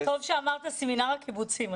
טוב שאמרת סמינר הקיבוצים.